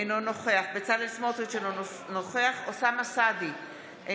אינו נוכח בצלאל סמוטריץ' אינו נוכח אוסאמה סעדי,